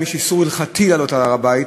אם יש איסור הלכתי לעלות על הר-הבית,